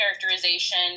characterization